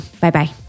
Bye-bye